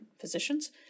physicians